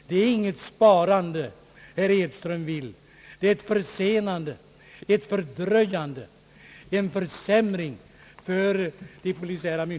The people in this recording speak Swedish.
Det är inget sparande som herr Edström vill.